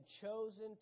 chosen